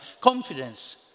confidence